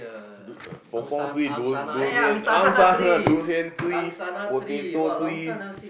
dude uh pong-pong tree du~ durian angsana durian tree potato tree